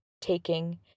taking